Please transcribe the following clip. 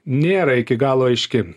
nėra iki galo aiški